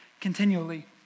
continually